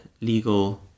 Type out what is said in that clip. legal